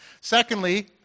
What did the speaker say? Secondly